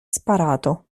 sparato